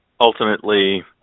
ultimately